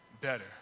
better